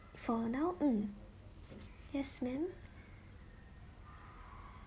for now um yes ma'am